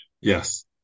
Yes